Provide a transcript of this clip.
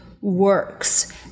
works